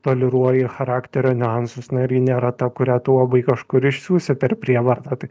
toleruoji charakterio niuansus na ir ji nėra ta kurią tu labai kažkur išsiųsi per prievartą tai